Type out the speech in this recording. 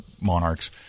monarchs